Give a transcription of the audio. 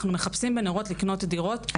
אנחנו מחפשים בנרות לקנות דירות,